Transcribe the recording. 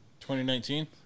2019